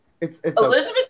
Elizabeth